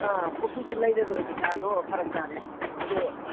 ꯑꯥ ꯀꯣꯔꯐꯨꯗꯨ ꯂꯩꯔꯔꯣꯏ ꯄꯩꯁꯥꯗꯣ ꯐꯔꯛ ꯇꯥꯔꯦ ꯑꯗꯣ